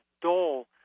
dole